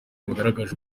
bagaragaje